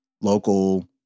local